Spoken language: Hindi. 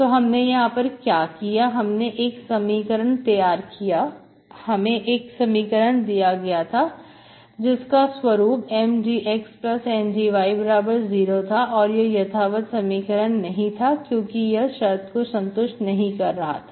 तो हमने यहां पर क्या किया हमने 1 समीकरण तैयार किया है हमें एक समीकरण दिया गया था जिसका स्वरूप M dxN dy0 था और यह यथावत समीकरण नहीं था क्योंकि यह शर्त को संतुष्ट नहीं कर रहा था